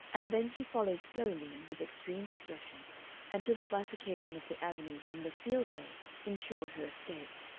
and then she followed slowly and with extreme discretion until the bifurcation of the avenue from the field way insured her escape.